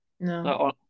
No